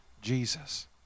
jesus